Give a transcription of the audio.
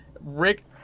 Rick